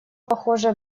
похоже